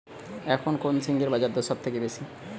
এখন কোন ঝিঙ্গের বাজারদর সবথেকে বেশি?